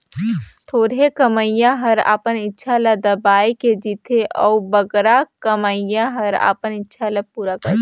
थोरहें कमोइया हर अपन इक्छा ल दबाए के जीथे अउ बगरा कमोइया हर अपन इक्छा ल पूरा करथे